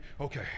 Okay